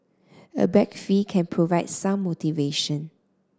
a bag fee can provide some motivation